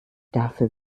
dafür